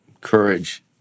courage